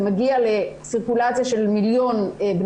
זה מגיע לסירקולציה של מיליון אנשים.